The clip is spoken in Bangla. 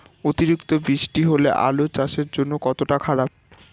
অতিরিক্ত বৃষ্টি হলে আলু চাষের জন্য কতটা খারাপ?